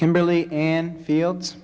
kimberly and fields